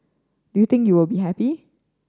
do you think you will be happy